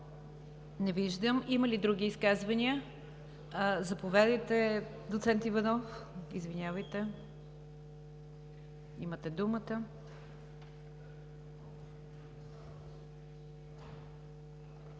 Не виждам. Има ли други изказвания? Заповядайте, доцент Иванов, имате думата.